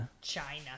China